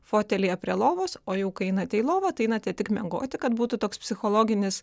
fotelyje prie lovos o jau kai einate į lovą tai einate tik miegoti kad būtų toks psichologinis